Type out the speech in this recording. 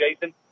Jason